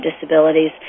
disabilities